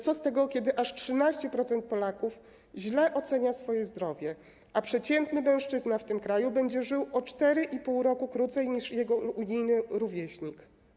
Co z tego, kiedy aż 13% Polaków źle ocenia swoje zdrowie, a przeciętny mężczyzna w tym kraju będzie żył o 4,5 roku krócej niż jego unijny rówieśnik.